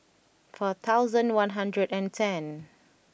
four thousand one hundred and ten